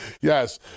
Yes